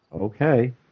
Okay